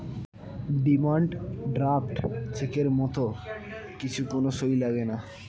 demand draft চেকের মত কিছু কোন সই লাগেনা